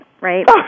right